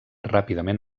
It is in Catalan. ràpidament